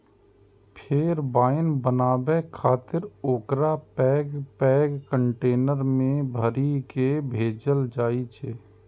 फेर वाइन बनाबै खातिर ओकरा पैघ पैघ कंटेनर मे भरि कें भेजल जाइ छै